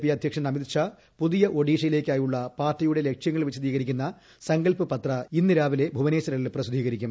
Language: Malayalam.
പി അധ്യക്ഷൻ അമിത് ഷാ പുതിയ ഒഡീഷയിലേക്കായുള്ള പാർട്ടിയുടെ ലക്ഷ്യങ്ങൾ വിശദീകരിക്കുന്ന സങ്കൽപ് പത്ര ഇന്ന് രാവിലെ ഭുവനേശ്വറിൽ പ്രസിദ്ധീകരിക്കും